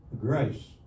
grace